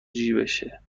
جیبشه